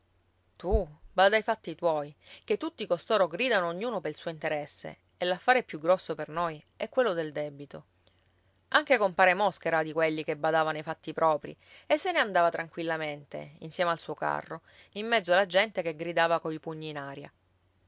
tu bada ai fatti tuoi ché tutti costoro gridano ognuno pel suo interesse e l'affare più grosso per noi è quello del debito anche compare mosca era di quelli che badavano ai fatti propri e se ne andava tranquillamente insieme al suo carro in mezzo alla gente che gridava coi pugni in aria